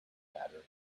matter